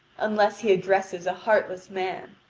unless he addresses a heartless man.